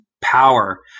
power